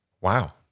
Wow